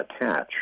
attach